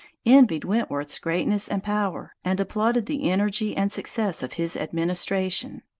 envied wentworth's greatness and power, and applauded the energy and success of his administration.